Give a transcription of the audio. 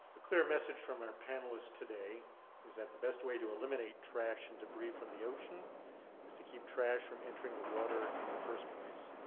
the clear message from our panelists today is that the best way to eliminate trash and debris from the ocean is to keep trash from entering the water in the first place.